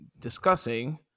discussing